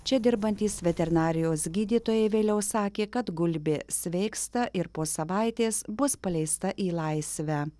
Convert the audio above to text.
čia dirbantys veterinarijos gydytojai vėliau sakė kad gulbė sveiksta ir po savaitės bus paleista į laisvę